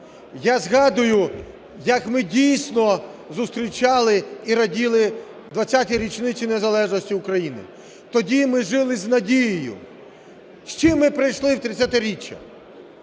Я згадую, як ми дійсно зустрічали і раділи 20-й річниці незалежності України. Тоді ми жили з надією. З чим ми прийшли в 30-річчя?